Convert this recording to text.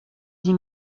dix